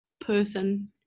person